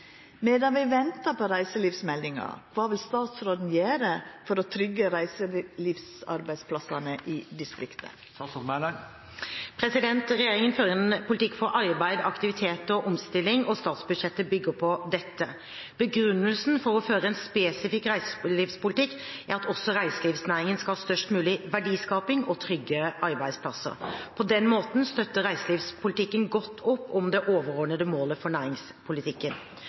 vi ventar på reiselivsmeldinga, kva vil statsråden gjere for å trygge reiselivsarbeidsplassar i distrikta?» Regjeringen fører en politikk for arbeid, aktivitet og omstilling, og statsbudsjettet bygger på dette. Begrunnelsen for å føre en spesifikk reiselivspolitikk er at også reiselivsnæringen skal ha størst mulig verdiskaping og trygge arbeidsplasser. På den måten støtter reiselivspolitikken godt opp om det overordnede målet for næringspolitikken.